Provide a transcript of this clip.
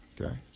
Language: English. okay